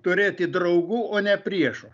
turėti draugų o ne priešų